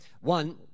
One